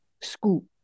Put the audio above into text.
school